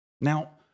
Now